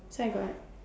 so I got